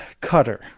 cutter